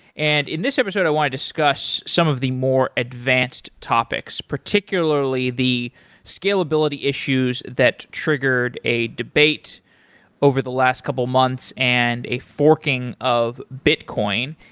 and in this episode i want to discuss some of the more advanced topics particularly the scalability issues that triggered a debate over the last couple of months and a forking of bitcoin.